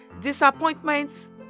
Disappointments